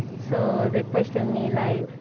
so they question me like,